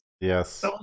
Yes